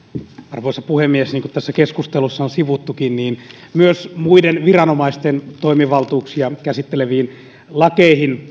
arvoisa puhemies niin kuin tässä keskustelussa on sivuttukin myös muiden viranomaisten toimivaltuuksia käsitteleviin lakeihin